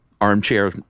armchair